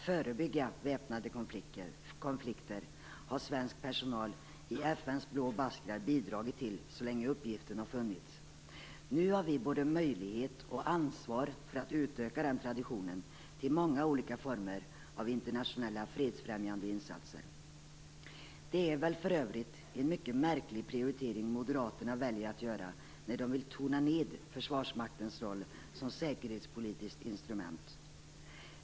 Svensk personal i FN:s blå baskrar har bidragit till att förebygga väpnade konflikter så länge uppgiften har funnits. Nu har vi både möjlighet och ansvar för att utöka den traditionen till att omfatta många olika former av internationella fredsfrämjande insatser. Det är för övrigt en mycket märklig prioritering Moderaterna väljer att göra när de vill tona ned Försvarsmaktens roll som säkerhetspolitiskt instrument.